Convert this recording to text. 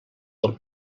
del